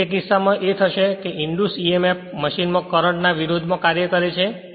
તેથી તે કિસ્સામાં એ થશે કે ઇંડ્યુસ Emf મશીનમાં કરંટ ના વિરોધમાં કાર્ય કરે છે